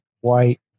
white